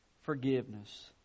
Forgiveness